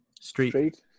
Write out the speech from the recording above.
Street